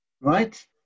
Right